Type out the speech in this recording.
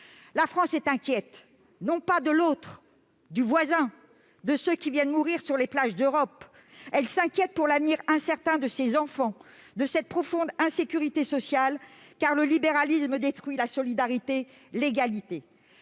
la France est inquiète, non pas de l'autre, du voisin, de ceux qui viennent mourir sur les plages d'Europe, mais de l'avenir incertain de ses enfants et de cette profonde insécurité sociale, car le libéralisme détruit la solidarité et l'égalité.